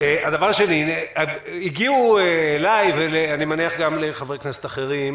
דבר שני הגיעו אלי ואני מניח שגם לחברי כנסת אחרים,